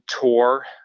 tour